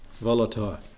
volatile